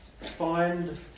find